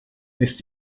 ist